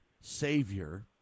savior